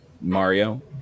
Mario